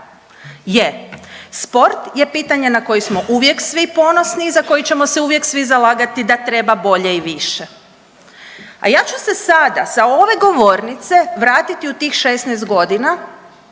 jer sport je pitanje na koji smo uvijek svi ponosni i za koji ćemo se uvijek svi zalagati da treba bolje i više. A ja ću se sada sa ove govornice vratiti u tih 16 godina